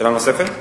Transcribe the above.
שאלה נוספת?